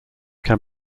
can